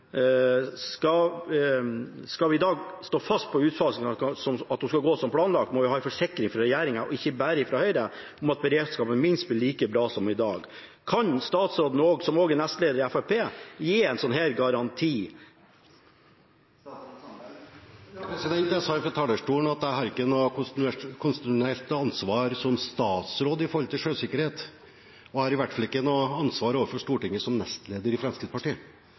som planlagt, må vi ha en forsikring fra regjeringen, og ikke bare fra Høyre, om at beredskapen blir minst like bra som i dag. Spørsmålet mitt til statsråden er: Kan statsråden, som også er nestleder i Fremskrittspartiet, gi en sånn garanti? Jeg sa fra talerstolen at jeg ikke har noe konstitusjonelt ansvar som statsråd for sjøsikkerhet, og jeg har i hvert fall ikke noe ansvar overfor Stortinget som nestleder i Fremskrittspartiet.